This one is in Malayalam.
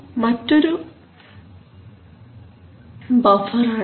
ഇതു മറ്റൊരു ബഫർ ആണ്